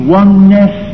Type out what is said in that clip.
oneness